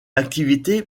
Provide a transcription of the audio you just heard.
activité